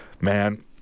man